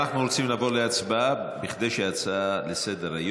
אנחנו רוצים לעבור להצבעה כדי שההצעה לסדר-היום,